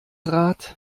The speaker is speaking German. rad